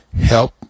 help